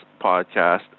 podcast